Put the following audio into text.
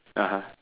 (uh huh)